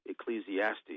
Ecclesiastes